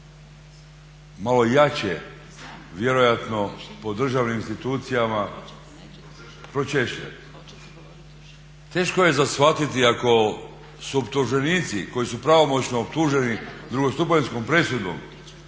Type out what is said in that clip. malo jače vjerojatno po državnim institucijama pročešljati. Teško je za shvatiti ako su optuženici koji su pravomoćno optuženi drugostupanjskom presudom